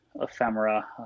ephemera